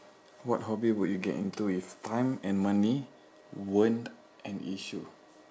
what hobby would you get into if time and money weren't an issue